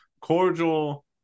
Cordial